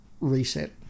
reset